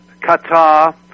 Qatar